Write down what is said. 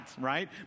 right